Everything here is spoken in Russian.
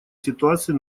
ситуации